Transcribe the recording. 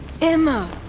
Emma